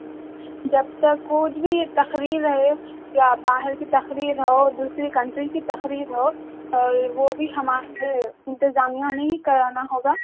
جب تک کچھ بھی تقریر رہے یا باہر کی تقریر ہو دوسری کنٹری کی تقریر ہو اور وہ بھی ہمارے انتظامیہ نے ہی کرانا ہوگا